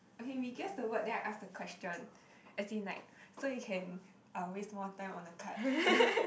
okay we guess the word then I ask the question as in like so you can uh waste more time on the card